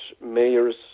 mayors